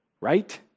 Right